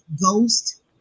Ghost